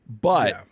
but-